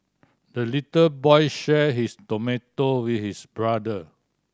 the little boy shared his tomato with his brother